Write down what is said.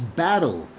battle